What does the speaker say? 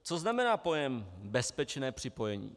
Co znamená pojem bezpečné připojení?